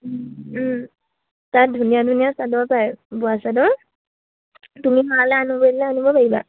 তাত ধুনীয়া ধুনীয়া চাদৰ পায় বোৱা চাদৰ তুমি মালে আনো বুলিলে আনিব পাৰিবা